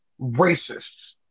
racists